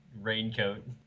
Raincoat